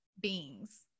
beings